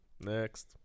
Next